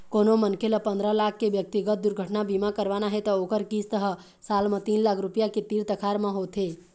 कोनो मनखे ल पंदरा लाख के ब्यक्तिगत दुरघटना बीमा करवाना हे त ओखर किस्त ह साल म तीन लाख रूपिया के तीर तखार म होथे